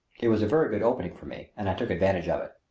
it was a very good opening for me and i took advantage of it.